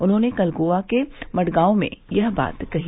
उन्होंने कल गोवा के मडगांव में यह बात कही